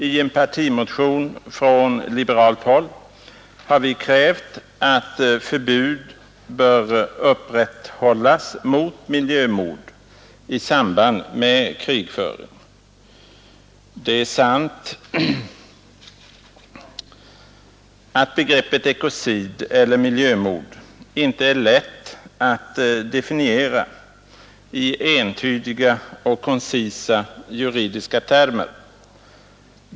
I en partimotion från liberalt håll har vi krävt ett förbud mot miljömord i samband med krigföring. Det är sant att begreppet ekocid eller miljömord inte är lätt att definiera i entydiga och koncisa juridiska termer.